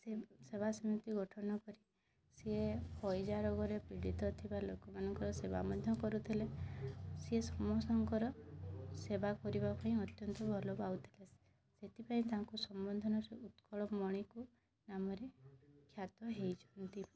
ସେ ସଭା ସମିତି ଗଠନ କରି ସିଏ ହଇଜା ରୋଗରେ ପୀଡ଼ିତ ଥିବା ଲୋକମାନଙ୍କର ସେବା ମଧ୍ୟ କରୁଥିଲେ ସିଏ ସମସ୍ତଙ୍କର ସେବା କରିବାପାଇଁ ଅତ୍ୟନ୍ତ ଭଲ ପାଉଥିଲେ ସେଥିପାଇଁ ତାଙ୍କୁ ସମ୍ବୋଧନରେ ଉତ୍କଳମଣିକୁ ନାମରେ ଖ୍ୟାତ ହେଇଛନ୍ତି